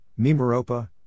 Mimaropa